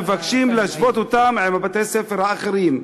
מבקשים להשוות אותם לבתי-הספר האחרים.